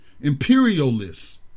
imperialists